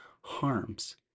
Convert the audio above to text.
harms